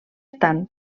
tant